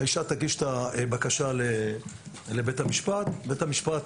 האישה תגיש את הבקשה לבית המשפט, ובית המשפט,